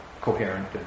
coherent